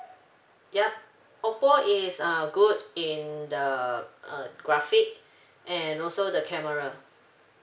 yup oppo it's uh good in the uh graphic and also the camera